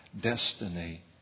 destiny